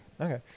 Okay